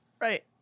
Right